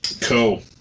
Cool